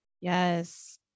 Yes